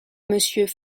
monsieur